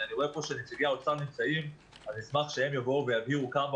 אני רואה שנציגי האוצר נמצאים אז אני אשמח שהם יבהירו כמה